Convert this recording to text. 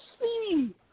see